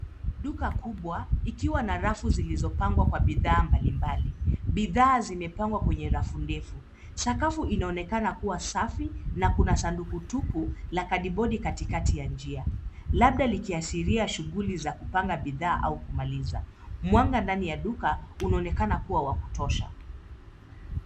Duka kubwa ikiwa na rafu zilizopangwa kwa bidhaa mbalimbali. Bidhaa zimepangwa kwenye rafu ndefu. Sakafu inaonekana kuwa safi na kuna sanduku tupu la kadibodi katikati ya njia labda likiashiria shughuli za kupanga bidhaa au kumaliza. Mwanga ndani ya duka unaonekana kuwa wa kutosha.